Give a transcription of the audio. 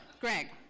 Greg